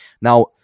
Now